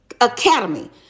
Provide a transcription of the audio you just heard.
academy